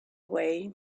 away